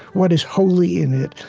what is holy in it?